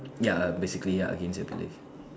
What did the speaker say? ya err basically ya against your belief